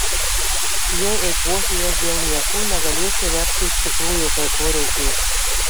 jei eikvosi jas dėl niekų negalėsi verkti iš tikrųjų kai to reikės